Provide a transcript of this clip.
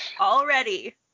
Already